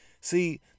See